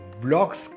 blocks